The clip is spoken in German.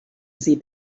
sie